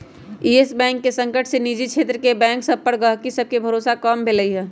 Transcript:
इयस bank के संकट से निजी क्षेत्र के बैंक सभ पर गहकी सभके भरोसा कम भेलइ ह